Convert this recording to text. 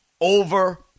over